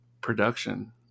production